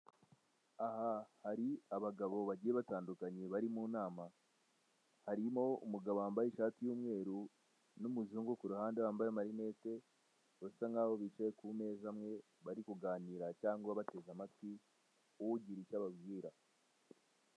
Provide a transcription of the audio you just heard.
Aha hari abagabo bagiye batandukanye abari mu nama, harimo umugabo wambaye ishati y'umweru n'umuzungu ku ruhande wambaye amarinete basa nkaho bicaye ku meza amwe barikuganira cyangwa bateze amatwi uwugira icyo ababwira.